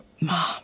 Mom